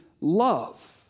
love